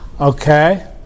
okay